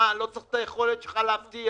אני לא צריך את היכולת שלך להבטיח.